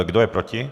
Kdo je proti?